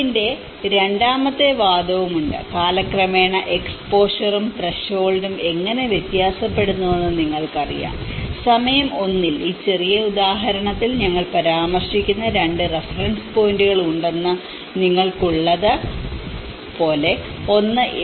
അതിന്റെ രണ്ടാമത്തെ വാദവും ഉണ്ട് കാലക്രമേണ എക്സ്പോഷറും ത്രെഷോൾഡും എങ്ങനെ വ്യത്യാസപ്പെടുന്നുവെന്ന് നിങ്ങൾക്കറിയാം സമയം 1 ൽ ഈ ചെറിയ ഉദാഹരണത്തിൽ ഞങ്ങൾ പരാമർശിക്കുന്ന 2 റഫറൻസ് പോയിന്റുകൾ ഉണ്ടെന്ന് നിങ്ങൾക്കുള്ളത് പോലെ ഒന്ന് എ